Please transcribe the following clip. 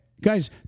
Guys